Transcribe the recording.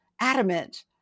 adamant